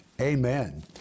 Amen